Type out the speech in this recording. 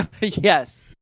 Yes